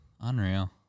Unreal